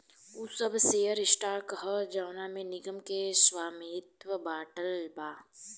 उ सब share stock ह जवना में निगम के स्वामित्व बाटल बा